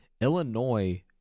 Illinois